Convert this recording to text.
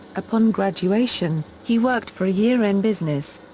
upon graduation, he worked for a year in business.